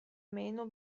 meno